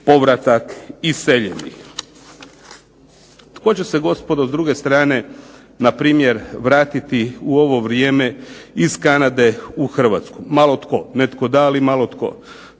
povratak iseljenih. Tko će se gospodo, s druge strane, npr. vratiti u ovo vrijeme iz Kanade u Hrvatsku? Malo tko, netko da, ali malo tko.